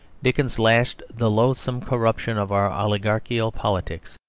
dickens lashed the loathsome corruption of our oligarchical politics,